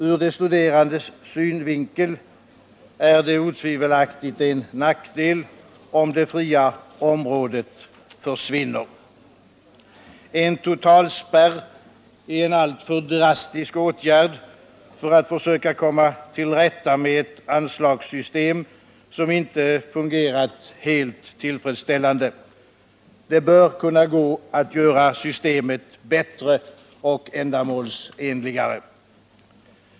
Ur de studerandes synvinkel är det otivelaktigt en nackdel om det fria området försvinner. En totalspärr är en alltför drastisk åtgärd för att försöka komma till rätta med ett anslagssystem som inte har fungerat helt tillfredsställande. Det bör kunna gå att göra systemet bättre och ändamålsenligare.